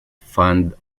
fund